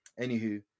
anywho